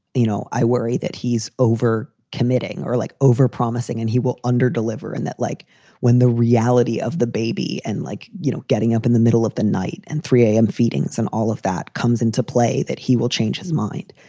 you know, i worry that he's over committing or like over promising and he will under deliver and that like when the reality of the baby and like, you know, getting up in the middle of the night and three zero a m. feedings and all of that comes into play, that he will change his mind.